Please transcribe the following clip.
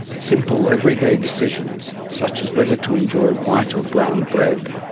simple everyday decisions, such as whether to enjoy white or brown bread,